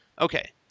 Okay